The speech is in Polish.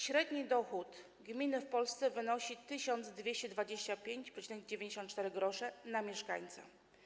Średni dochód gminy w Polsce wynosi 1225,94 zł na mieszkańca.